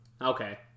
okay